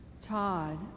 Todd